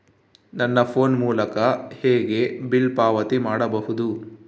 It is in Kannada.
ನನ್ನ ಫೋನ್ ಮೂಲಕ ಹೇಗೆ ಬಿಲ್ ಪಾವತಿ ಮಾಡಬಹುದು?